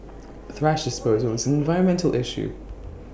thrash disposal is an environmental issue